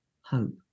hope